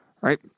Right